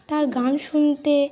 তার গান শুনতে